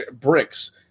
Bricks